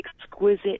exquisite